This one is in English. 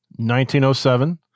1907